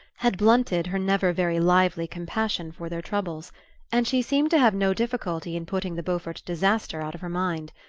had blunted her never very lively compassion for their troubles and she seemed to have no difficulty in putting the beaufort disaster out of her mind.